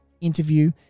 interview